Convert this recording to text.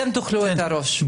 אתם תאכלו את הראש.